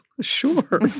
Sure